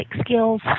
skills